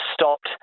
stopped